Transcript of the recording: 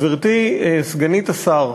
גברתי סגנית השר,